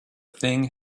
thing